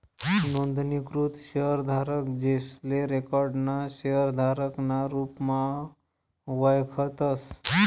नोंदणीकृत शेयरधारक, जेसले रिकाॅर्ड ना शेयरधारक ना रुपमा वयखतस